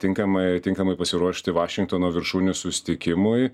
tinkamai tinkamai pasiruošti vašingtono viršūnių susitikimui